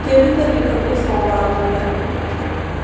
ਕਿਹੜੀ ਤਾਰੀਖ ਅਗਲੇ ਸੋਮਵਾਰ ਨੂੰ ਹੈ